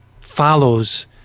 follows